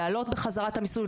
להעלות בחזרה את המיסוי,